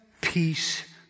peace